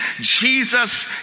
Jesus